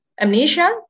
Amnesia